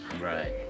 Right